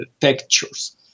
textures